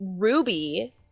Ruby